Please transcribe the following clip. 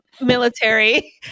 military